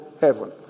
heaven